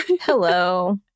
Hello